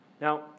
Now